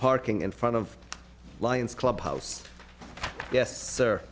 parking in front of lions clubhouse yes sir